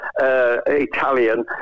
Italian